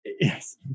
Yes